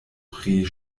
pri